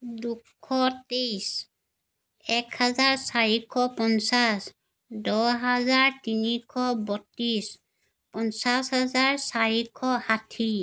দুশ তেইছ এক হাজাৰ চাৰিশ পঞ্চাছ দহ হাজাৰ তিনিশ বত্ৰিছ পঞ্চাছ হাজাৰ চাৰিশ ষাঠি